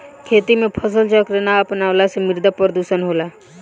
खेती में फसल चक्र ना अपनवला से मृदा प्रदुषण होला